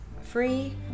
free